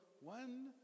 one